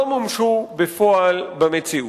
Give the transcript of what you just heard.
לא מומשו בפועל במציאות.